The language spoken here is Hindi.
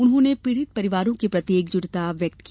उन्होंने पीड़ित परिवारों के प्रति एकजुटता व्यक्त की